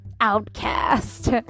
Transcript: outcast